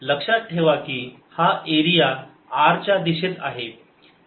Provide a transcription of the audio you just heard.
लक्षात ठेवा कि हा एरिया r या दिशेत आहे